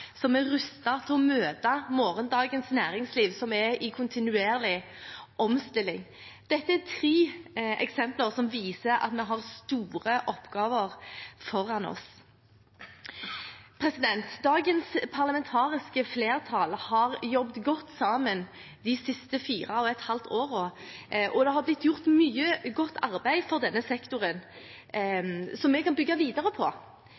som er rustet til å møte morgendagens næringsliv, som er i kontinuerlig omstilling. Dette er tre eksempler som viser at vi har store oppgaver foran oss. Dagens parlamentariske flertall har jobbet godt sammen de siste 4,5 årene, og det har blitt gjort mye godt arbeid for denne sektoren som vi kan bygge videre på.